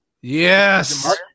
Yes